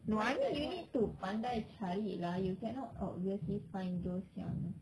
mana you need to pandai cari lah you cannot obviously find those yang